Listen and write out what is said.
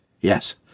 Yes